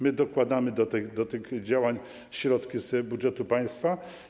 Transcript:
My dokładamy do tych działań środki z budżetu państwa.